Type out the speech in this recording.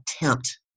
attempt